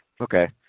Okay